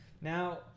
Now